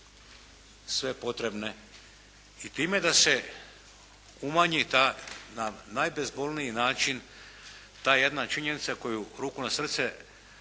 sve potrebne i time da se umanji ta na najbezbolniji način ta jedna činjenica koja ruku na srce